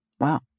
Wow